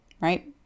right